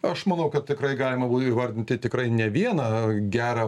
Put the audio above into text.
aš manau kad tikrai galima būtų įvardinti tikrai ne vieną gerą